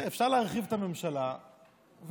אפשר להרחיב את הממשלה ולמנות.